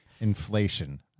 inflation